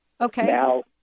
Okay